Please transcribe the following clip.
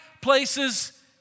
places